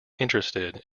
interested